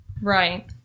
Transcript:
Right